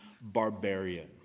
barbarian